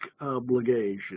obligation